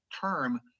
term